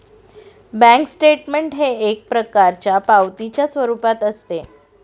bank statement हे एक प्रकारच्या पावतीच्या स्वरूपात असते